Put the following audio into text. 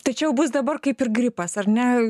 tačiau bus dabar kaip ir gripas ar ne